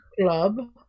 club